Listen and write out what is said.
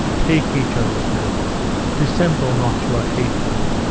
take each other's hand dissemble not your hatred,